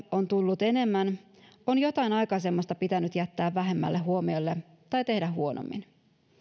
on tullut enemmän on jotain aikaisemmasta pitänyt jättää vähemmälle huomiolle tai tehdä huonommin